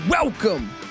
Welcome